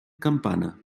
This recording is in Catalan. campana